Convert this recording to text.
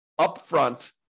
upfront